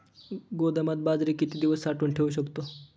गोदामात बाजरी किती दिवस साठवून ठेवू शकतो?